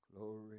Glory